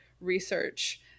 research